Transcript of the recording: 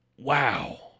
wow